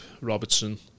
Robertson